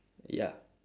ya